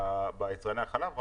ביצרני החלב?